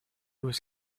was